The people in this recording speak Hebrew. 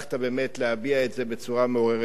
להביע את זה בצורה מעוררת כבוד.